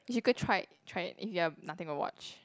you should go try it try it if you have nothing to watch